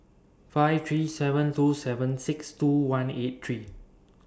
five three seven two seven six two one eight three